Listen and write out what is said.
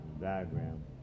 diagram